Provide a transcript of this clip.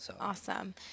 awesome